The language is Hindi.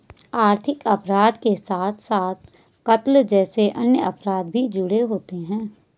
आर्थिक अपराध के साथ साथ कत्ल जैसे अन्य अपराध भी जुड़े होते हैं